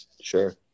Sure